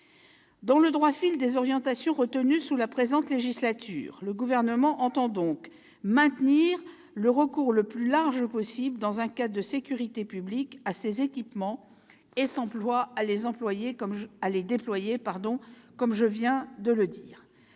Dans le droit fil des orientations retenues sous la précédente législature, le Gouvernement entend donc maintenir le recours le plus large possible, dans un cadre de sécurité publique, à ces équipements et s'emploie à les déployer. À l'origine, le but